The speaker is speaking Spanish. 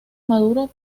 maduro